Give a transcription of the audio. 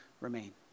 remain